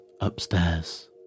upstairs